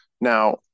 Now